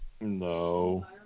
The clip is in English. No